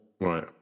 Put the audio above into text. Right